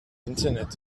internet